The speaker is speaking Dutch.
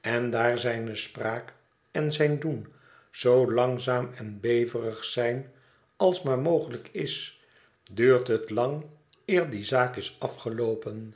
en daar zijne spraak en zijn doen zoo langzaam en beverig zijn als maar mogelijk is duurt het lang eer die zaak is afgeloopen